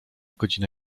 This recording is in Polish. godzina